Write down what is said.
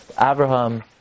Abraham